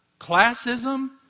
classism